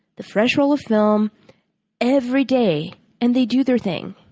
the fresh roll of film every day and they do their thing.